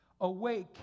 Awake